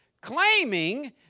claiming